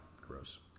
gross